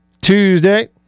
Tuesday